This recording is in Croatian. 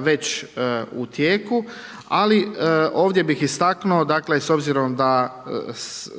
već u tijeku, ali ovdje bih istaknuo s obzirom da